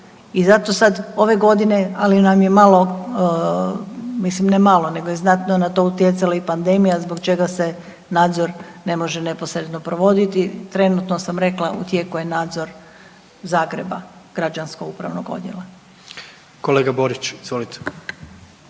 I zato sad ove godine, ali nam je malo, mislim ne malo nego je znatno na to utjecala i pandemija zbog čega se nadzor ne može neposredno provoditi, trenutno sam rekla, u tijeku je nadzor Zagreba, građansko upravnog odjela. **Jandroković, Gordan